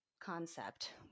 concept